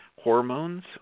hormones